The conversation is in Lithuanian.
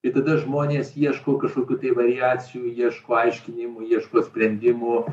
ir tada žmonės ieško kažkokių tai variacijų ieško aiškinimų ieško sprendimų